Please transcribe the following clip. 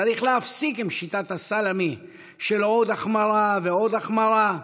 צריך להפסיק עם שיטת הסלאמי של עוד החמרה ועוד החמרה,